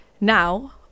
Now